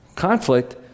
Conflict